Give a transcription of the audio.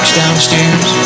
downstairs